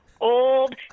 old